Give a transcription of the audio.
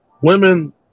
women